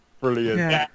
brilliant